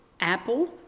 Apple